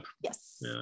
yes